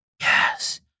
Yes